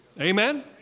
Amen